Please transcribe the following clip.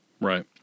Right